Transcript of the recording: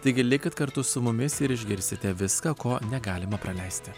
taigi likit kartu su mumis ir išgirsite viską ko negalima praleisti